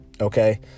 Okay